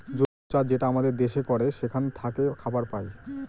জৈব চাষ যেটা আমাদের দেশে করে সেখান থাকে খাবার পায়